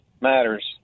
Matters